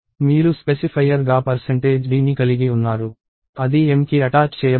మీరు స్పెసిఫైయర్గా d ని కలిగి ఉన్నారు అది mకి అటాచ్ చేయబడుతుంది